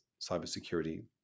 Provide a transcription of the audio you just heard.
cybersecurity